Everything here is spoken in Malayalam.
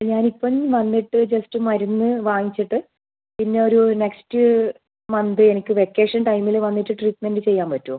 ഞാൻ ഇപ്പോൾ വന്നിട്ട് ജസ്റ്റ് മരുന്ന് വാങ്ങിച്ചിട്ട് പിന്നെ ഒരു നെക്സ്റ്റ് മന്ത് എനിക്ക് വെക്കേഷൻ ടൈമിൽ വന്നിട്ട് ട്രീറ്റ്മെൻ്റ് ചെയ്യാൻ പറ്റുമോ